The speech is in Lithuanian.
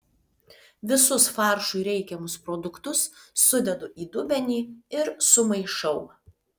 visus faršui reikiamus produktus sudedu į dubenį ir sumaišau